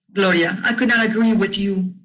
gloria. i could not agree with you,